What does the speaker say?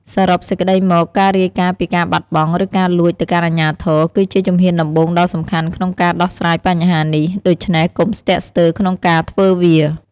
សរុបសេចក្ដីមក ការរាយការណ៍ពីការបាត់បង់ ឬការលួចទៅកាន់អាជ្ញាធរ គឺជាជំហានដំបូងដ៏សំខាន់ក្នុងការដោះស្រាយបញ្ហានេះ ដូច្នេះកុំស្ទាក់ស្ទើរក្នុងការធ្វើវា។